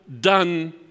done